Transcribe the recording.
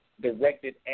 Directed